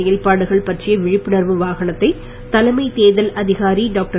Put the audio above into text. செயல்பாடுகள் பற்றிய விழிப்புணர்வு வாகனத்தை தலைமைத் தேர்தல் அதிகாரி டாக்டர்